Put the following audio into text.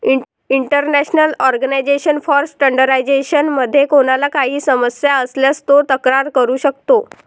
international organisation for standardisation मध्ये कोणाला काही समस्या असल्यास तो तक्रार करू शकतो